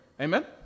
Amen